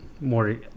more